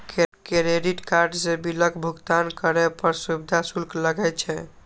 credit card सं बिलक भुगतान करै पर सुविधा शुल्क लागै छै